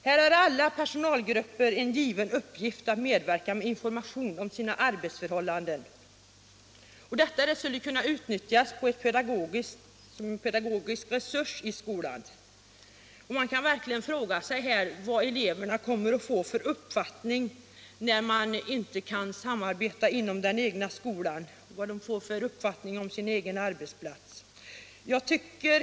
Här har alla personalgrupper en given uppgift att medverka med information om sina arbetsförhållanden. Detta skulle kunna utnyttjas som en pedagogisk resurs i skolan. Man kan verkligen fråga sig vad eleverna kommer att få för uppfattning om sin egen arbetsplats, när de olika grupperna inte kan samarbeta inom den egna skolan.